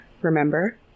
remember